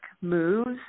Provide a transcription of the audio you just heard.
moves